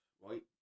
Right